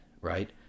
right